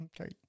Okay